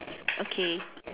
okay